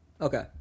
Okay